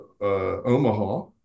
Omaha